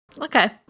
Okay